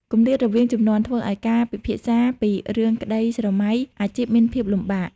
គម្លាតរវាងជំនាន់ ធ្វើឱ្យការពិភាក្សាពីរឿងក្តីស្រមៃអាជីពមានភាពលំបាក។